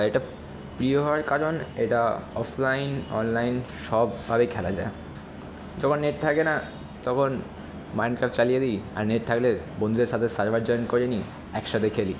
এটা প্রিয় হওয়ার কারণ এটা অফলাইন অনলাইন সবভাবে খেলা যায় যখন নেট থাকে না তখন মাইনক্রাফট চালিয়ে দিই আর নেট থাকলে বন্ধুদের সাথে সার্ভার জয়েন করে নিই একসাথে খেলি